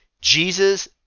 Jesus